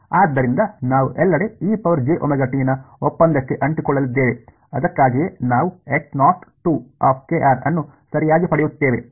ಆದ್ದರಿಂದ ನಾವು ಎಲ್ಲೆಡೆ ejωt ನ ಒಪ್ಪಂದಕ್ಕೆ ಅಂಟಿಕೊಳ್ಳಲಿದ್ದೇವೆ ಅದಕ್ಕಾಗಿಯೇ ನಾವು ಅನ್ನು ಸರಿಯಾಗಿ ಪಡೆಯುತ್ತೇವೆ